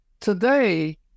Today